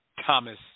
Thomas